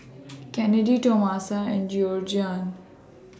Kennedy Tomasa and Georgiann